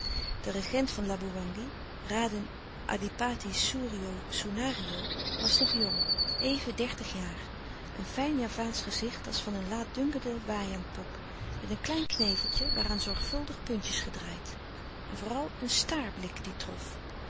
de regent van laboewangi raden adipati soerio soenario was nog jong even dertig jaar een fijn javaansch gezicht als van een laatdunkende wajangpop met een klein kneveltje waaraan zorgvuldige puntjes gedraaid en vooral een staarblik die trof